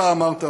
אתה אמרת: